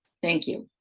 thank you.